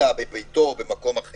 אלא בביתו או במקום אחר?